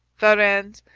varennes,